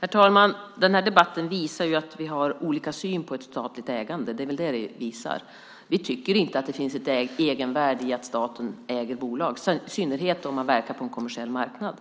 Herr talman! Den här debatten visar att vi har olika syn på statligt ägande. Vi tycker inte att det finns ett egenvärde i att staten äger bolag, i synnerhet om de verkar på en kommersiell marknad.